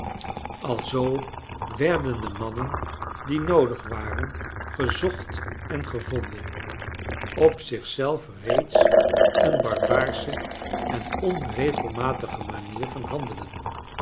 alzoo werden de mannen die noodig waren gezocht en gevonden op zich zelf reeds een barbaarsche en onregelmatige manier van handelen